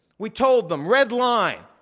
we told them, red line.